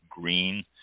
Green